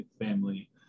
family